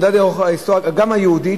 גם היהודית,